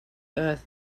earth